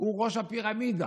הוא ראש הפירמידה,